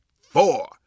four